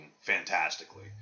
fantastically